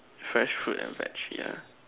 fresh fruit and veg ya